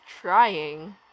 trying